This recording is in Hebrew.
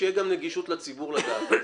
שגם תהיה נגישות לציבור לדעת.